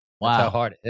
Wow